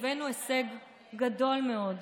הבאנו הישג גדול מאוד,